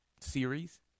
series